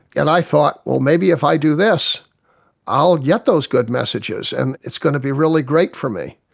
and i thought, well, maybe if i do this i'll get those good messages and it's going to be really great for me.